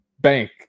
bank